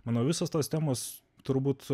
manau visos tos temos turbūt